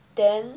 then